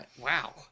Wow